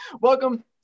welcome